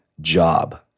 job